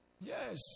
Yes